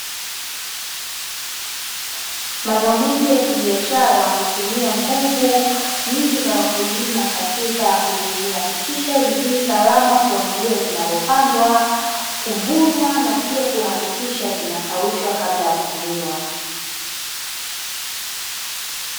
Mazao mengi ya kibiashara hutumia nguvu nyingi za wakulima katika kuzihakikisha zi salama kuanzia zinavyopandwa, kuvunwa na pia kuhakikisha zinakaushwa kabla ya kutumiwa.